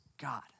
God